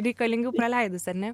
reikalingiau praleidus ar ne